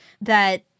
that-